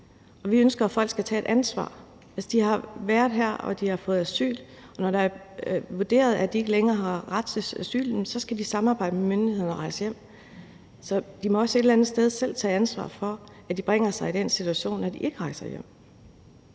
Vi ønsker, at folk skal tage et ansvar. De har været her, og de har fået asyl, og når det bliver vurderet, at de ikke længere har ret til asyl, skal de samarbejde med myndighederne og rejse hjem. Så de må også et eller andet sted selv tage ansvar for, at de bringer sig i den situation, når de ikke rejser hjem.